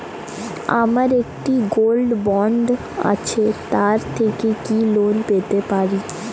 আমার একটি gold bond আছে তার থেকে কি লোন পেতে পারি?